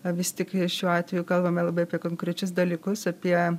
vis tik šiuo atveju kalbame labai apie konkrečius dalykus apie